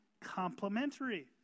complementary